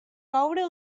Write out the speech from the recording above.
coure